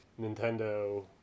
Nintendo